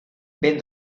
ben